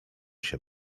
się